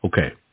Okay